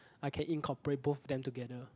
I can incorporate both of them together